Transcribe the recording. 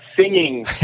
singing